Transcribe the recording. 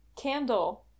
Candle